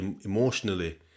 emotionally